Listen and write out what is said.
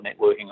networking